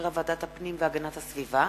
שהחזירה ועדת הפנים והגנת הסביבה,